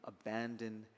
abandon